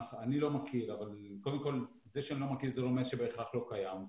אני לא מכיר אבל זה שאני לא מכיר זה לא אומר שבהכרח לא קיים.